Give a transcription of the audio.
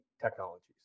technologies